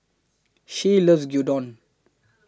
Shay loves Gyudon